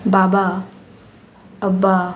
बाबा अब्बा